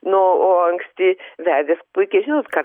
nu o anksti vedęs puikiai žinot ką